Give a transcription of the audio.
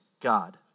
God